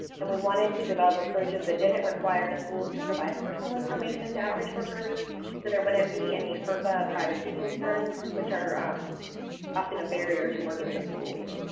and we wanted to develop approaches that didn't require schools to provide personal information to outreach workers so there wouldn't be any ferpa privacy concerns, which are often a barrier to working with schools.